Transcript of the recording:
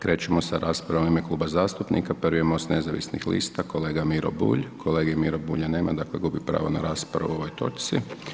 Krećemo sa raspravom u ime kluba zastupnika, prvi je MOST nezavisnih lista, kolega Miro Bulj, kolege Mire Bulja nema, dakle gubi pravo na raspravu o ovoj točci.